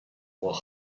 were